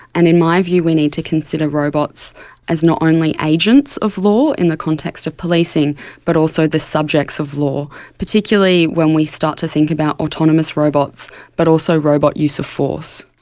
and in my view we need to consider robots as not only agents of law in the context of policing but also the subjects of law, particularly when we start to think about autonomous robots but also robot use of force.